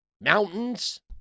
mountains